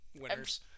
Winners